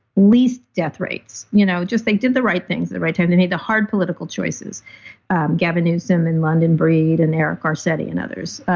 least death rates. you know just they did the right things at the right time they made the hard political choices gavin newsom and london breed and eric garcetti and others.